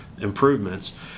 improvements